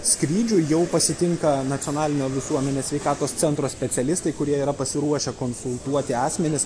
skrydžių jau pasitinka nacionalinio visuomenės sveikatos centro specialistai kurie yra pasiruošę konsultuoti asmenis